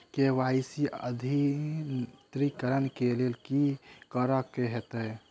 KYC अद्यतनीकरण कऽ लेल की करऽ कऽ हेतइ?